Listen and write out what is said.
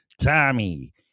Tommy